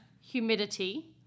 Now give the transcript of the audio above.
humidity